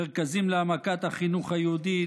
מרכזים להעמקת החינוך היהודי,